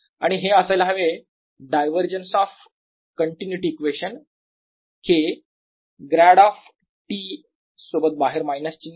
आणि हे असायला हवे divergence of continuity equation K grad of T सोबत बाहेर मायनस चिन्ह